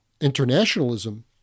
Internationalism